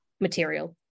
material